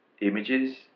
images